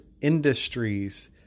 industries